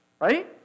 right